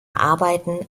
arbeiten